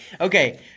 Okay